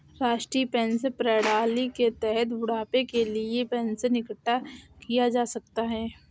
राष्ट्रीय पेंशन प्रणाली के तहत बुढ़ापे के लिए पैसा इकठ्ठा किया जा सकता है